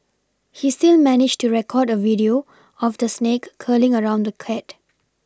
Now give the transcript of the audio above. he still managed to record a video of the snake curling around the cat